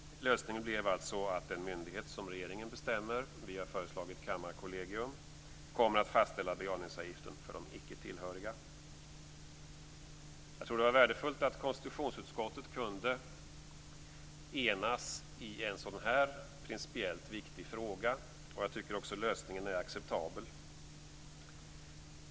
Lösningen blev alltså att den myndighet som regeringen bestämmer - vi har föreslagit Kammarkollegiet - kommer att fastställa begravningsavgiften för de icke tillhöriga. Jag tror att det var värdefullt att konstitutionsutskottet kunde enas i en sådan här principiellt viktig fråga. Jag tycker också att lösningen är acceptabel.